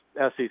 SEC